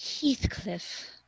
Heathcliff